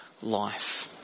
life